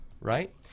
right